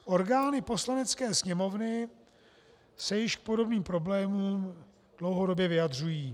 Orgány Poslanecké sněmovny se již k podobným problémům dlouhodobě vyjadřují.